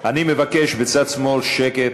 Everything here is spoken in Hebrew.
אני מבקש בצד שמאל שקט,